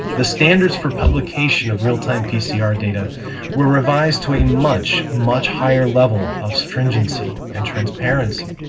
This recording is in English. the standards for publication of real-time pcr data were revised to a much, much higher level of stringeny and transparency.